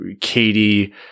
Katie